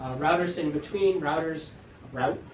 routers in between, routers route.